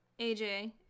AJ